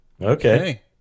Okay